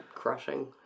crushing